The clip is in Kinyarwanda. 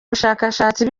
bushakashatsi